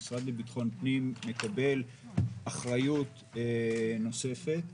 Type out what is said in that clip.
המשרד לביטחון פנים מקבל אחריות נוספת.